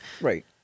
Right